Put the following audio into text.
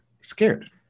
scared